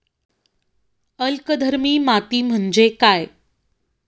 अल्कधर्मी माती म्हणजे काय?